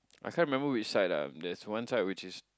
I can't remember which side ah there's one side which is